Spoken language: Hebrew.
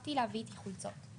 שכחתי להביא איתי חולצות.